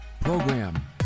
program